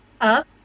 up